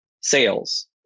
sales